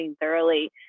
thoroughly